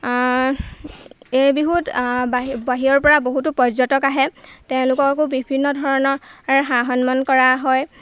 এই বিহুত বাহিৰৰপৰা বহুতো পৰ্যটক আহে তেওঁলোককো বিভিন্ন ধৰণেৰে সা সন্মান কৰা হয়